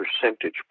percentage